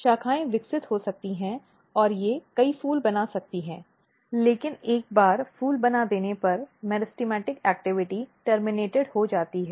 शाखाएँ विकसित हो सकती हैं और ये कई फूल बना सकती हैं लेकिन एक बार फूल बना देने पर मेरिसेमिक गतिविधि टर्मिनेटेड हो जाती है